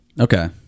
Okay